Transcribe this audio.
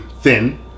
thin